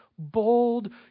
Bold